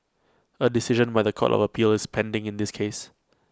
A decision by The Court of appeal is pending in this case